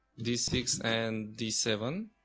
d six and d seven